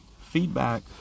feedback